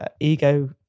ego